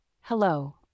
Hello